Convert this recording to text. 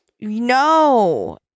No